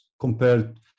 compared